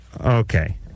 Okay